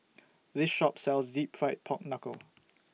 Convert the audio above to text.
This Shop sells Deep Fried Pork Knuckle